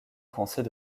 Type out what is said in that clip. français